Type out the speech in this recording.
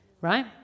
right